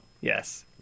Yes